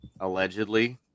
allegedly